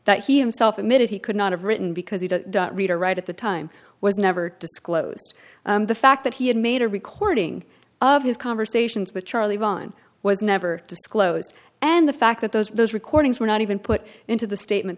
that he himself admitted he could not have written because you don't read or write at the time was never disclosed the fact that he had made a recording of his conversations with charlie ron was never disclosed and the fact that those those recordings were not even put into the statement